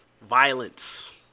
violence